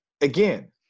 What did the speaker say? again